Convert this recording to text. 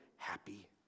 Happy